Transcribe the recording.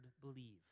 believe